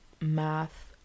math